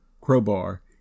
Crowbar